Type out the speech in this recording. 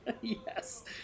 Yes